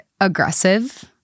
aggressive